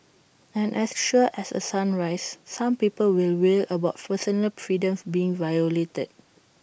and as sure as A sunrise some people will wail about personal freedoms being violated